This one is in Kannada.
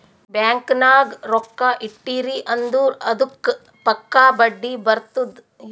ಬ್ಯಾಂಕ್ ನಾಗ್ ರೊಕ್ಕಾ ಇಟ್ಟಿರಿ ಅಂದುರ್ ಅದ್ದುಕ್ ಪಕ್ಕಾ ಬಡ್ಡಿ ಬರ್ತುದ್